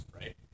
right